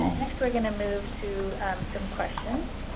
next, we are going to move to some questions.